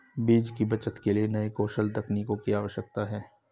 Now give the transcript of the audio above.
बीज की बचत के लिए नए कौशल तकनीकों की आवश्यकता है